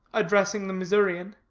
addressing the missourian,